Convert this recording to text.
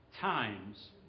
times